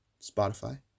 Spotify